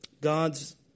God's